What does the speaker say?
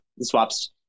swaps